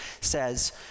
says